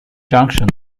junction